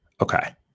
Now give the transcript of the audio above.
Okay